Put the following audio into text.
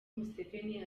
museveni